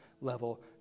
level